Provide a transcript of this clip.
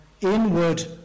inward